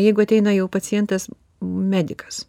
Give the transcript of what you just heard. jeigu ateina jau pacientas medikas